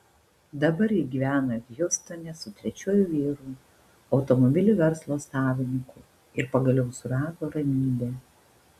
dabar ji gyvena hjustone su trečiuoju vyru automobilių verslo savininku ir pagaliau surado ramybę